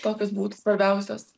tokios būtų svarbiausios